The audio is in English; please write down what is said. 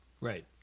Right